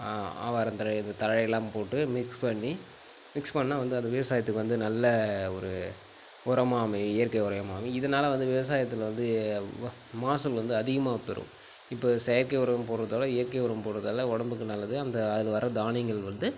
ஆ ஆவாரந்தழை இந்த தழையெல்லாம் போட்டு மிக்ஸ் பண்ணி மிக்ஸ் பண்ணால் வந்து அது விவசாயத்துக்கு வந்து நல்ல ஒரு உரமாக அமையும் இயற்கை உரமாக அமையும் இதனால் வந்து விவசாயத்தில் மகசூல் வந்து அதிகமாக பெறும் இப்போ செயற்கை உரம் போடுறத விட இயற்கை உரம் போடுறதால உடம்புக்கு நல்லது அந்த அதில் வர தானியங்கள் வந்து